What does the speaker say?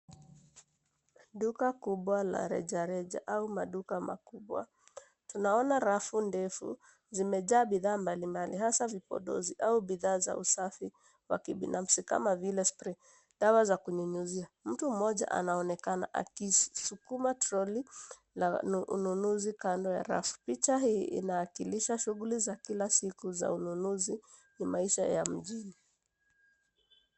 Duka kubwa la rejareja au maduka makubwa. Tunaona rafu ndefu zimejaa bidhaa mbalimbali hasa vipodozi au bidhaa za usafi wa kibinafsi kama vile spray , dawa za kunyunyizia. Mtu mmoja anaonekana akisukuma troli la ununuzi kando ya rafu. Picha hii inawakilisha shughuli za kila siku za ununuzi, ni maisha ya mjini.